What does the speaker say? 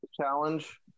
Challenge